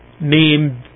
named